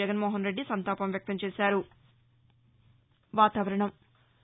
జగన్మోహనరెడ్డి సంతాపం వ్యక్తంచేశారు